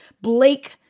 Blake